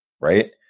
right